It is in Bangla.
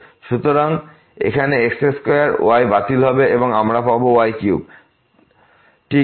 সুতরাং এখানে x2y বাতিল হয়ে যাবে আমরা পাব y3